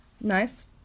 Nice